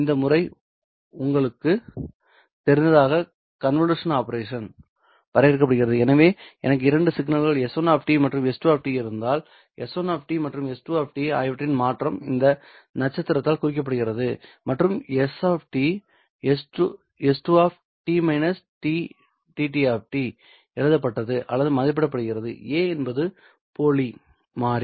இந்த முறையில் உங்களுக்குத் தெரிந்ததற்காக கன்வல்யூஷன் ஆபரேஷன் வரையறுக்கப்படுகிறதுஎனவே எனக்கு இரண்டு சிக்னல்கள் s1 மற்றும் s2 இருந்தால் s1 மற்றும் s2 ஆகியவற்றின் மாற்றம் இந்த நட்சத்திரத்தால் குறிக்கப்படுகிறது மற்றும் s τ s2 t τ t dt என எழுதப்பட்டது அல்லது மதிப்பிடப்படுகிறது a என்பது போலி மாறி